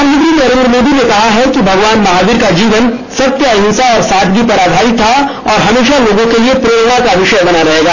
प्रधानमंत्री नरेन्द्र मोदी ने कहा है कि भगवान महावीर का जीवन सत्य अहिंसा और सादगी पर आधारित था और यह हमेशा लोगों के लिए प्रेरणा का विषय बना रहेगा